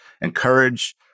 encourage